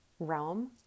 realm